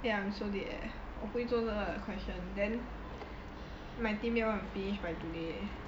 eh I am so dead eh 我不会做这个 question then my team mate want to finish by today eh